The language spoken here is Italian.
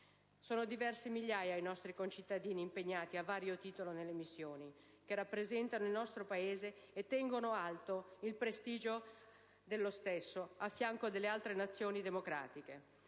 Sono diverse migliaia i nostri concittadini impegnati a vario titolo nelle missioni, che rappresentano il nostro Paese e tengono alto il suo prestigio a fianco delle altre Nazioni democratiche,